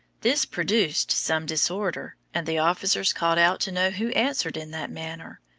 this produced some disorder, and the officers called out to know who answered in that manner,